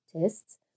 tests